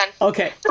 Okay